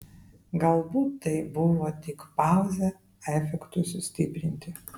galbūt tai buvo tik pauzė efektui sustiprinti